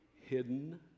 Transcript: hidden